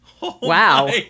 Wow